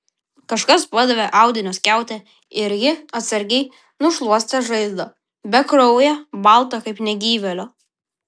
kažkas padavė audinio skiautę ir ji atsargiai nušluostė žaizdą bekrauję baltą kaip negyvėlio